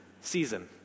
season